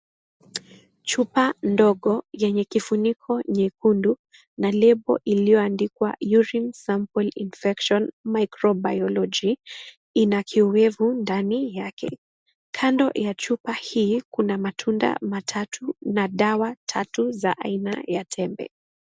Chupa ndogo yenye kifuniko nyekundu Na lebo iliyo andikwa urine sample infection microbiology .Ina kioevu ndani yake. Kando ya chupa hii Kuna matunda matatu na dawa tatu ya aina ya tembe.